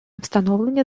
встановлення